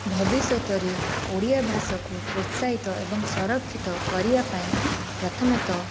ଭବିଷ୍ୟତରେ ଓଡ଼ିଆ ଭାଷାକୁ ପ୍ରୋତ୍ସାହିତ ଏବଂ ସଂରକ୍ଷିତ କରିବା ପାଇଁ ପ୍ରଥମେ ତ